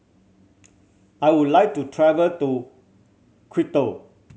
I would like to travel to Quito